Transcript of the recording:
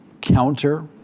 counter